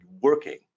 working